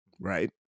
Right